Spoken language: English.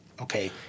Okay